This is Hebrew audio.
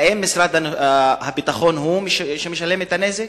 האם משרד הביטחון הוא שמשלם את הנזק?